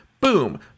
boom